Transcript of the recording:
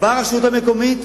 ברשות המקומית,